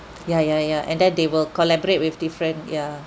ya ya ya and then they will collaborate with different yeah